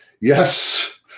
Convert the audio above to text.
Yes